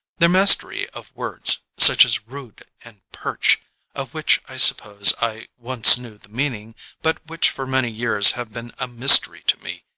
their mastery of words such as rood and perch of which i suppose i once knew the meaning but which for many years have been a mystery to me,